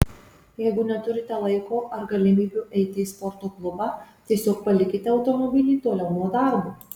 jeigu neturite laiko ar galimybių eiti į sporto klubą tiesiog palikite automobilį toliau nuo darbo